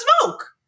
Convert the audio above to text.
smoke